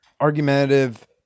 argumentative